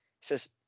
says